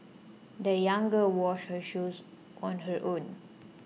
the young girl washed her shoes on her own